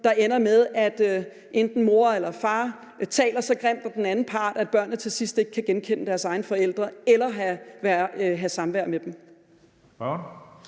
der ender med, at enten mor eller far taler så grimt om den anden part, at børnene til sidst ikke kan genkende deres egne forældre eller have samvær med dem.